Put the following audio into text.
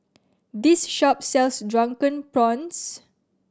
this shop sells Drunken Prawns